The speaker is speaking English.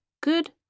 good